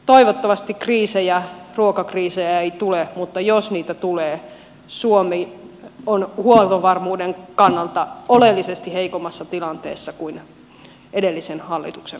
toivottavasti ruokakriisejä ei tule mutta jos niitä tulee suomi on huoltovarmuuden kannalta oleellisesti heikommassa tilanteessa kuin edellisen hallituksen aikana